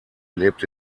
lebte